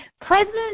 president